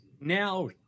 Now